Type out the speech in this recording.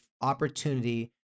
opportunity